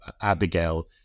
abigail